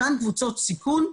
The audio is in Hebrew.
אותן קבוצות סיכון.